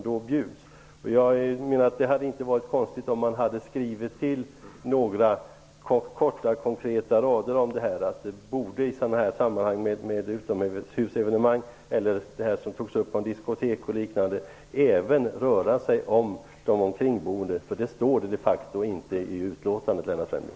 Det hade inte varit konstigt om man hade lagt till några korta konkreta rader om att frågan om utomhusevenemang, diskotek och liknande även rör de kringboende. Detta står de facto inte i utlåtandet, Lennart Fremling